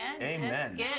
Amen